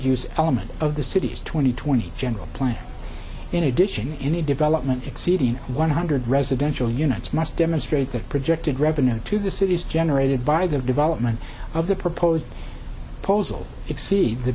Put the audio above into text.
use element of the city's twenty twenty general plan in addition any development exceeding one hundred residential units must demonstrate the projected revenue to the cities generated by the development of the proposed polls will exceed the